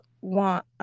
want